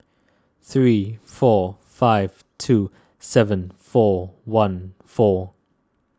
three four five two seven four one four